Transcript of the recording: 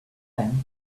thyme